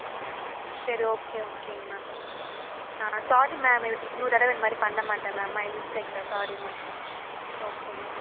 ம் சரி ஓகே ஓகேங்க மேம் ஆ சாரி மேம் இன்னொரு தடவை இந்த மாதிரி பண்ண மாட்டேன் மேம் மை மிஸ்டேக் தான் சாரி மேம் ஓகே மேம்